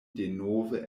denove